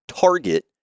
target